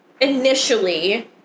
initially